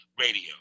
radio